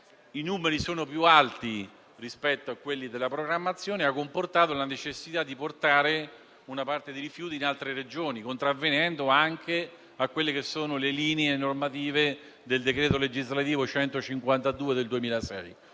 I numeri sono più alti rispetto a quelli della programmazione e ciò ha comportato la necessità di portare una parte di rifiuti in altre Regioni, contravvenendo anche a quelle che sono le linee normative del decreto legislativo n. 152 del 2006.